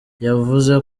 yavuze